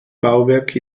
bauwerk